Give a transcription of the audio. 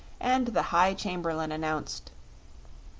and the high chamberlain announced